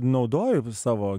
naudoju savo